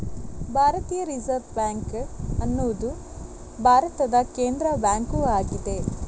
ಭಾರತೀಯ reserve bank ಅನ್ನುದು ಭಾರತದ ಕೇಂದ್ರ ಬ್ಯಾಂಕು ಆಗಿದೆ